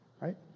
right